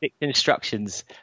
instructions